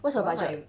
what's your budget